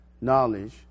knowledge